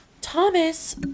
Thomas